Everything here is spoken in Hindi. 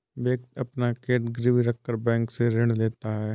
व्यक्ति अपना खेत गिरवी रखकर बैंक से ऋण लेता है